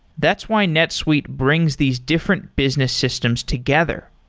that's why netsuite brings these different business systems together.